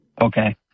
Okay